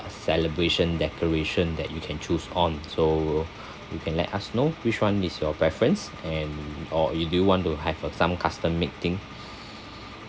celebration decoration that you can choose on so you can let us know which [one] is your preference and or if you want to have a some custom made thing